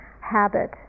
habit